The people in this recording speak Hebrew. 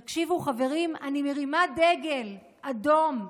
תקשיבו, חברים, אני מרימה דגל אדום.